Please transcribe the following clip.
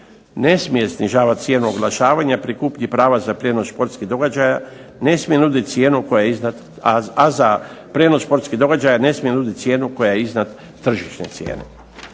ne smije snižavati cijenu oglašavanja pri kupnji prava za prijenos športskih događaja, ne smije nuditi cijenu, a za prijenos športskih događaja ne smije nuditi cijenu koja je iznad tržišne cijene.